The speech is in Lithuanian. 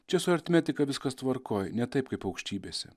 čia su aritmetika viskas tvarkoj ne taip kaip aukštybėse